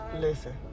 Listen